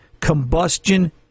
combustion